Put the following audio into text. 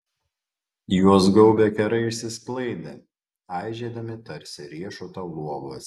juos gaubę kerai išsisklaidė aižėdami tarsi riešuto luobas